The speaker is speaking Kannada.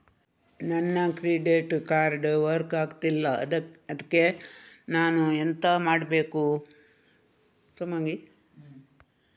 ನನ್ನ ಕ್ರೆಡಿಟ್ ಕಾರ್ಡ್ ವರ್ಕ್ ಆಗ್ತಿಲ್ಲ ಅದ್ಕೆ ನಾನು ಎಂತ ಮಾಡಬೇಕು?